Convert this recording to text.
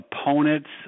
opponents